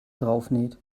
draufnäht